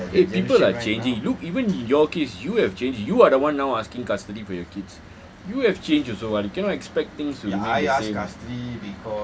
eh people are changing look even in your case you have changed you are the one now asking custody for your kids you have changed also [what] you cannot expect things to be the same